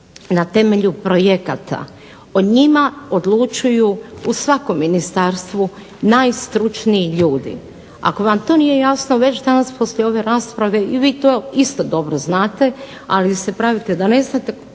na temelju projekata. O njima odlučuju u svakom ministarstvu najstručniji ljudi. Ako vam to nije jasno već danas poslije ove rasprave i vi to isto dobro znate, ali se pravite da ne znate,